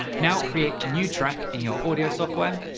now create a new track in your audio software,